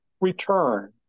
return